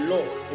Lord